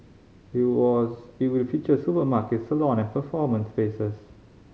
it was it will feature a supermarket salon and performance spaces